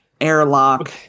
airlock